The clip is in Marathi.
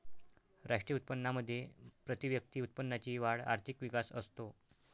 राष्ट्रीय उत्पन्नामध्ये प्रतिव्यक्ती उत्पन्नाची वाढ आर्थिक विकास असतो